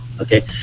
okay